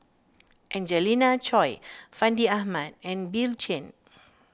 Angelina Choy Fandi Ahmad and Bill Chen